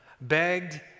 begged